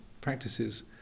practices